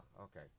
okay